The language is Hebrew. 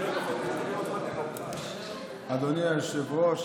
אדוני היושב-ראש,